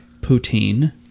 poutine